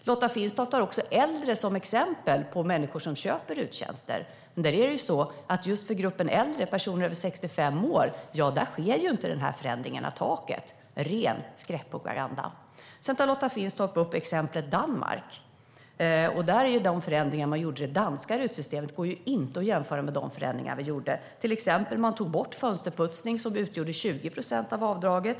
Lotta Finstorp tar också upp äldre som exempel på människor som köper RUT-tjänster. Men för gruppen äldre över 65 år sker inte denna förändring av taket. Det är alltså ren skräckpropaganda. Lotta Finstorp tar upp exemplet Danmark. De förändringar som gjordes i det danska RUT-systemet går inte att jämföra med de förändringar vi har gjort. I Danmark tog man till exempel bort fönsterputsning, som utgjorde 20 procent av avdraget.